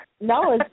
No